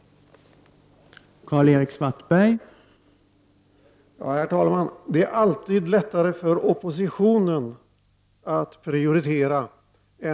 S april 1990